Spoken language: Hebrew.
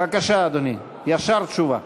בבקשה, אדוני, ישר תשובה.